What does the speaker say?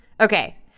Okay